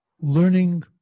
learning